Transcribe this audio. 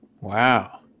Wow